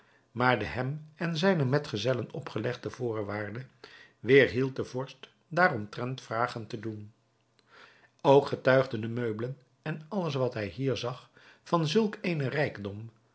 maar de hem en zijnen medegezellen opgelegde voorwaarde weerhield den vorst daaromtrent vragen te doen ook getuigden de meubelen en alles wat hij hier zag van zulk eenen rijkdom